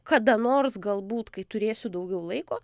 kada nors galbūt kai turėsiu daugiau laiko